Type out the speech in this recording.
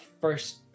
first